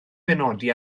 benodi